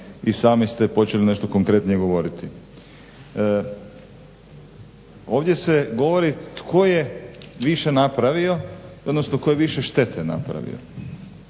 i sami ste počeli nešto konkretnije govoriti. Ovdje se govori tko je više napravio, odnosno tko je više štete napravio,